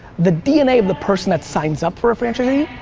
the dna of the person that signs up for a franchisee,